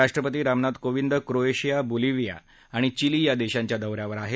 राष्ट्रपती Ramnath Kovind Croatia Bolivia आणि Chile या देशांच्या दौऱ्यावर आहेत